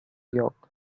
york